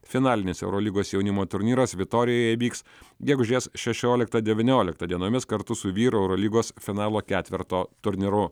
finalines eurolygos jaunimo turnyras viktorijoje vyks gegužės šešioliktą devynioliktą dienomis kartu su vyrų eurolygos finalo ketverto turnyru